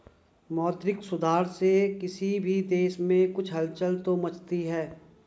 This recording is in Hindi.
मौद्रिक सुधार से किसी भी देश में कुछ हलचल तो मचती है